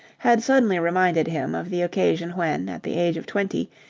had suddenly reminded him of the occasion when, at the age of twenty,